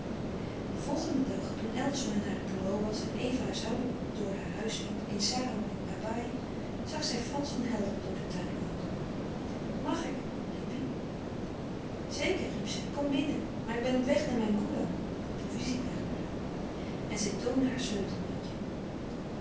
den volgenden dag toen eldersma naar het bureau was en eva huishoudelijk door haar huis liep in sarong en kabaai zag zij frans van helderen door den tuin komen mag ik riep hij zeker riep zij kom binnen maar ik ben op weg naar mijn oe dan de provisiekamer n zij toonde haar